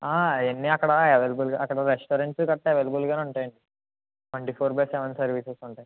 అవన్నీ అక్కడ అవైలబుల్ అక్కడ రెస్టారెంట్స్ గట్రా అవైలబుల్గానే ఉంటాయండి twenty four by seven services ఉంటాయి